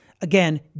Again